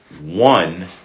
one